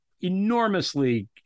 enormously